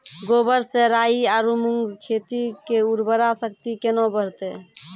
गोबर से राई आरु मूंग खेत के उर्वरा शक्ति केना बढते?